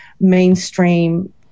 mainstream